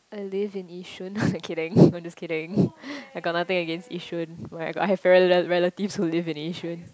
i live in Yishun kidding no I'm just kidding I got nothing against Yishun oh my god I have got rela~ relatives who live in Yishun